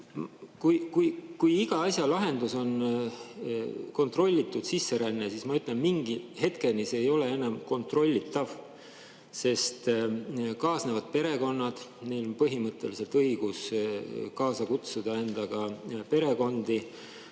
suuda siia lõimuda – on kontrollitud sisseränne. Aga ma ütlen, et mingi hetkeni see ei ole enam kontrollitav, sest kaasa tulevad perekonnad. Neil on põhimõtteliselt õigus kaasa kutsuda endaga perekondi.